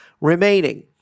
remaining